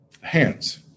hands